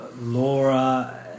Laura